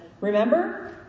remember